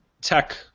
tech